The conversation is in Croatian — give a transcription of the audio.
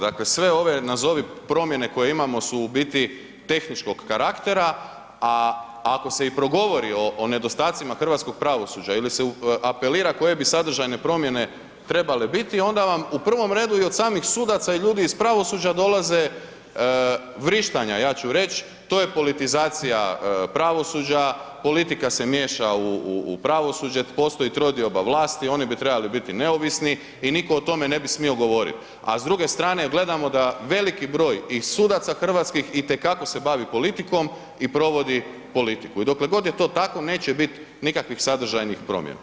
Dakle, sve ove nazovi promjene koje imamo su u biti tehničkog karaktera, a ako se i progovori o nedostacima hrvatskog pravosuđa ili se apelira koje bi sadržajne promjene trebale biti, onda vam u prvom redu i od samih sudaca i ljudi iz pravosuđa dolaze vrištanja, ja ću reć, to je politizacija pravosuđa, politika se miješa u pravosuđe, postoji trodioba vlasti, oni bi trebali biti neovisni i nitko o tome ne bi smio govoriti, a s druge strane gledamo da veliki broj i sudaca hrvatskih i te kako se bavi politikom i provodi politiku i dokle god je to tako, neće bit nikakvih sadržajnih promjena.